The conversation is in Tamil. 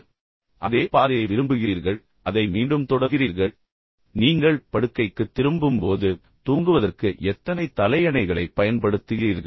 நீங்கள் அதே பாதையை விரும்புகிறீர்கள் பின்னர் நீங்கள் அதை மீண்டும் மீண்டும் தொடர்கிறீர்கள் பின்னர் நீங்கள் படுக்கைக்குத் திரும்பும்போது தூங்குவதற்கு எத்தனை தலையணைகளைப் பயன்படுத்துகிறீர்கள்